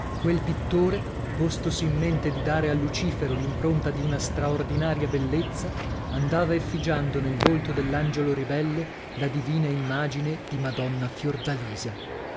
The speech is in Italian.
quel pittore postosi in mente di dare a lucifero l'impronta di una straordinaria bellezza andava effigiando nel volto dell'angiolo ribelle la divina immagine di madonna fiordalisa